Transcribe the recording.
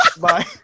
Bye